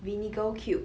vinegar cube